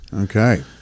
Okay